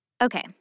Okay